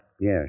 Yes